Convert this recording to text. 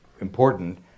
important